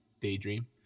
daydream